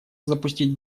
запустить